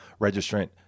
registrant